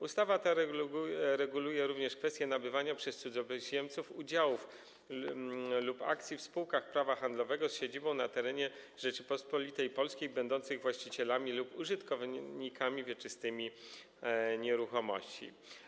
Ustawa ta reguluje również kwestię nabywania przez cudzoziemców udziałów lub akcji w spółkach prawa handlowego z siedzibą na terenie Rzeczypospolitej Polskiej będących właścicielami lub użytkownikami wieczystymi nieruchomości.